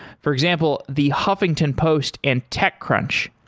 for example, the huffington post and techcrunch,